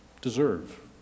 deserve